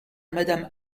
madame